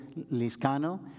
Liscano